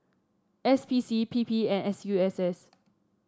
S P C P P and S U S S